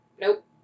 Nope